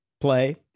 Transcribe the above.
play